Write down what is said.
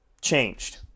changed